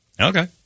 Okay